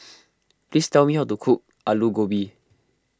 please tell me how to cook Aloo Gobi